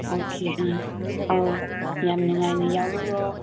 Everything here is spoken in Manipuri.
ꯑꯣꯀꯦ ꯑꯥ ꯑꯧ ꯌꯥꯝ ꯅꯨꯡꯉꯥꯏꯅ ꯌꯥꯎꯔꯨꯔꯣ